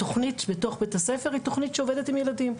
התכנית בתוך בית הספר היא תכנית שעובדת עם ילדים.